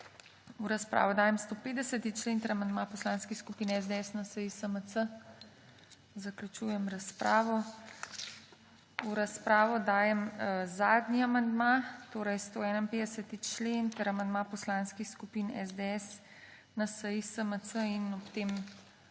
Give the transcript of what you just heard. V razpravo dajem 150. člen ter amandma poslanskih skupin SDS, NSi, SMC. Zaključujem razpravo. V razpravo dajem zadnji amandma, torej 151. člen ter amandma poslanskih skupin SDS, NSi, SMC. In ob tem,